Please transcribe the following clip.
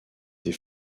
des